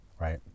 Right